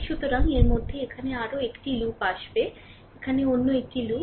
সুতরাং এর মধ্যে এখানে আরও একটি লুপ আসবে এখানে অন্য লুপ একে বলা হবে লুপ